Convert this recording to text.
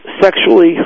sexually